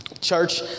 Church